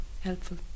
helpful